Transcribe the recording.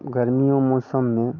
गर्मियों मौसम में